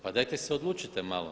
Pa dajte se odlučite malo.